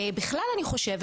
בכלל אני חושבת,